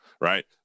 right